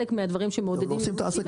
חלק מהדברים שמעודדים ייבוא אישי